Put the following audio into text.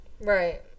right